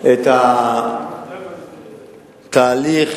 את התהליך